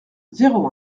zéro